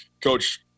Coach